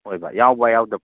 ꯑꯣꯏꯕ ꯌꯥꯎꯕ ꯌꯥꯎꯗꯕ